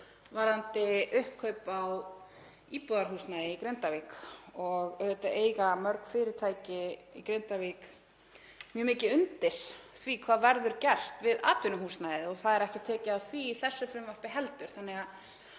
varðandi uppkaup á íbúðarhúsnæði í Grindavík. Auðvitað eiga mörg fyrirtæki í Grindavík mjög mikið undir því hvað verður gert við atvinnuhúsnæði og það er ekkert tekið á því í þessu frumvarpi heldur. Þetta